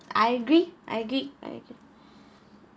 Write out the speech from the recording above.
I agree I agree I agree